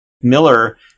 Miller